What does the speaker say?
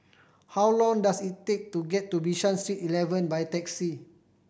how long does it take to get to Bishan Street Eleven by taxi